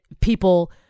people